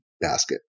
basket